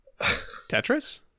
tetris